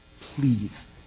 please